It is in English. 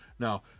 now